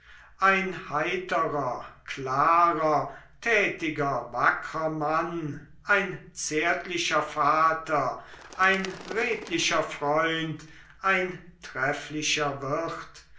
ein heiterer klarer tätiger wackrer mann ein zärtlicher vater ein redlicher freund ein trefflicher wirt